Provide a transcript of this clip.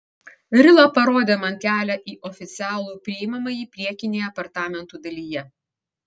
rila parodė man kelią į oficialų priimamąjį priekinėje apartamentų dalyje